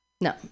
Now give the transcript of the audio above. No